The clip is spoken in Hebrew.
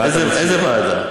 איזו ועדה?